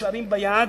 נשאר להם ביד